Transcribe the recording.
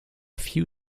few